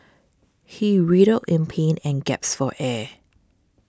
he writhed in pain and gasped for air